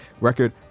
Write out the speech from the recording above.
record